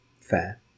Fair